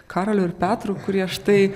karoliu ir petru kurie štai